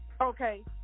Okay